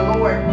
Lord